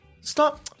Stop